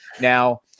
Now